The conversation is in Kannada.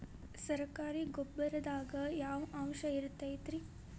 ಸರಕಾರಿ ಗೊಬ್ಬರದಾಗ ಯಾವ ಅಂಶ ಇರತೈತ್ರಿ?